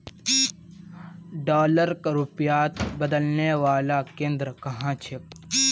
डॉलरक रुपयात बदलने वाला केंद्र कुहाँ छेक